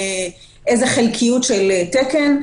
איזה חלקיות של תקן.